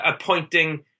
appointing